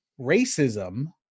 Racism